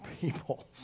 people